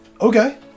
Okay